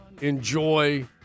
enjoy